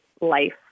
life